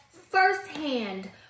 firsthand